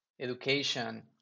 education